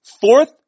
Fourth